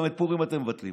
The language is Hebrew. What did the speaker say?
גם את פורים אתם מבטלים,